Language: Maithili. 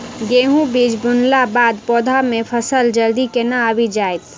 गेंहूँ बीज बुनला बाद पौधा मे फसल जल्दी केना आबि जाइत?